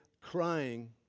crying